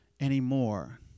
anymore